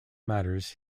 matters